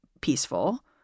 peaceful